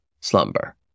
slumber